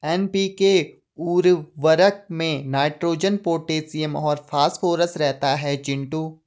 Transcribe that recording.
NPK उर्वरक में nitrogen potassium और फास्फोरस रहता है चिंटू